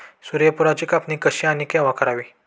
सूर्यफुलाची कापणी कशी आणि केव्हा करावी?